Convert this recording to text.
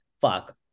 fuck